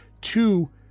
Two